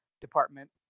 department